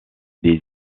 des